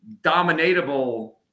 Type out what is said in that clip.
dominatable